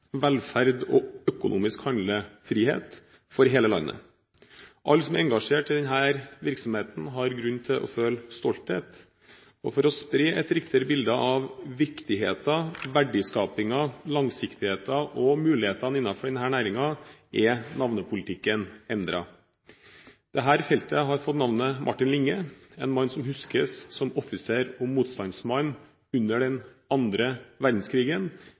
velferd og økonomisk handlefrihet for hele landet. Alle som er engasjert i denne virksomheten, har grunn til å føle stolthet. For å spre et riktigere bilde av viktigheten, verdiskapingen, langsiktigheten og mulighetene innenfor denne næringen er navnepolitikken endret. Dette feltet har fått navnet Martin Linge. Det er en mann som huskes som offiser og motstandsmann under den andre verdenskrigen.